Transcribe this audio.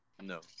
No